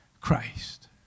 Christ